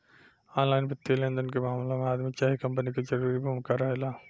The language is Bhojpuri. ऑनलाइन वित्तीय लेनदेन के मामला में आदमी चाहे कंपनी के जरूरी भूमिका रहेला